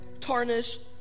tarnished